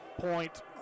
point